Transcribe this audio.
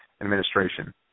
administration